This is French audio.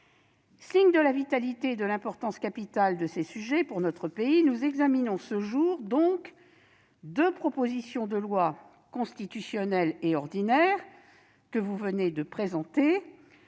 Signe de la vitalité et de l'importance capitale de ces sujets pour notre pays, nous examinons ce jour deux propositions de loi constitutionnelle et organique issues des